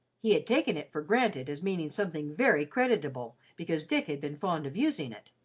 he had taken it for granted as meaning something very creditable because dick had been fond of using it.